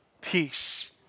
peace